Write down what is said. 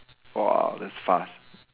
!whoa! that's fast